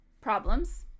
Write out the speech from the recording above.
problems